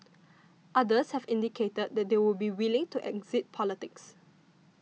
others have indicated that they would be willing to exit politics